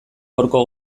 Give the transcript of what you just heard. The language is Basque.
horko